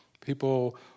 People